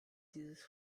dieses